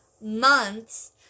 months